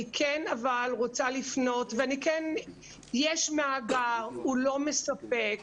יש מאגר, הוא לא מספק.